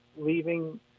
leaving